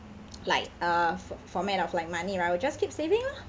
like uh for~ format of like money right I will just keep saving lor